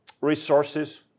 Resources